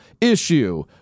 issue